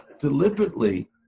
deliberately